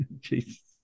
Jesus